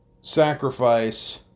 sacrifice